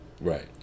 Right